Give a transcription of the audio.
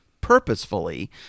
purposefully